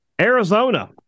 Arizona